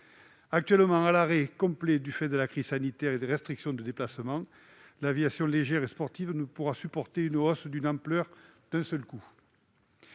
Actuellement à l'arrêt complet du fait de la crise sanitaire et des restrictions de déplacement, l'aviation légère et sportive ne pourra supporter une hausse d'une telle ampleur d'un seul coup.